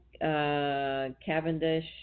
Cavendish